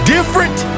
Different